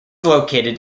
located